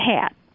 Hat